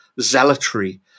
zealotry